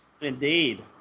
indeed